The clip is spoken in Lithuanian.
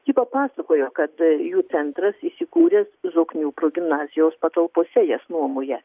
ji papasakojo kad jų centras įsikūręs zoknių progimnazijos patalpose jas nuomoja